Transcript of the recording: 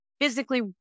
physically